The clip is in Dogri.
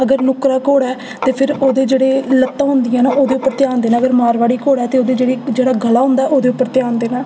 अगर नुक्करा घोड़ा ऐ ते फिर ओह्दे जेह्ड़े लत्तां होंदियां न ओह्दे उप्पर ध्यान देना अगर मारवाड़ी घोड़ा ऐ ते ओह्दा जेह्ड़ा जेह्ड़ा गला होंदा ओह्दे उप्पर ध्यान देना